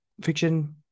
fiction